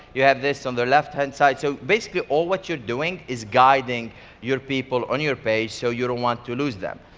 you have this on the left-hand side. so basically, all what you're doing is guiding your people on your page so you don't want to lose them.